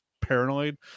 paranoid